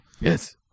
Yes